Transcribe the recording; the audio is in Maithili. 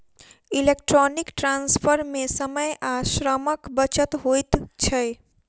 इलेक्ट्रौनीक ट्रांस्फर मे समय आ श्रमक बचत होइत छै